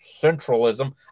centralism